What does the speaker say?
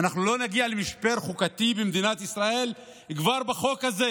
האם אנחנו לא נגיע למשבר חוקתי במדינת ישראל כבר בחוק הזה.